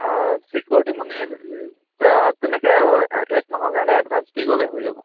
security money তেনেকৈ এক মাহৰ কাৰণে এডভাঞ্চ দি গ'লে হৈ যাব